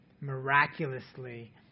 miraculously